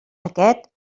aquest